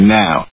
now